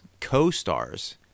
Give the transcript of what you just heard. co-stars